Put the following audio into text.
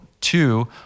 Two